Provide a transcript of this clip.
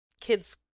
kids